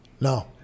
No